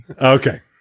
Okay